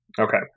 Okay